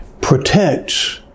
protects